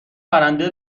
پرنده